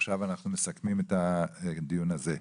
עכשיו אנחנו מסכמים את הדיון הזה.